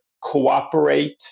cooperate